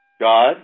God